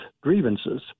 grievances